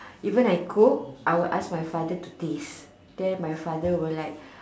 even I cook I will ask my father to taste then my father will like